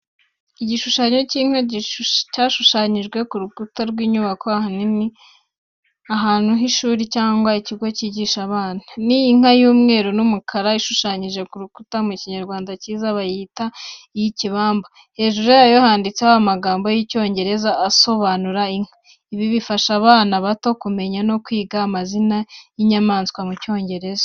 Igishushanyo cy’inka cyashushanyijwe ku rukuta rw’inyubako, ahanini ahantu h’ishuri cyangwa ikigo cyigisha abana bato. Ni inka y’umweru n’umukara, ishushanyije ku rukuta mu Kinyarwanda cyiza, bayita inka y'ikibamba. Hejuru yayo handitseho amagambo y’icyongereza bisobanura inka. Ibi bifasha abana bato kumenya no kwiga amazina y’inyamaswa mu Cyongereza.